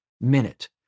minute